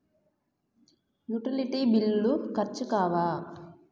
Utility బిల్లులు ఖర్చు కావా?